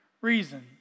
reason